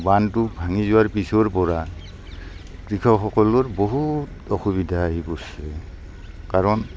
বান্ধটো ভাঙি যোৱাৰ পিছৰপৰা কৃষকসকলৰ বহুত অসুবিধা আহি পৰিছে কাৰণ